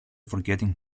forgetting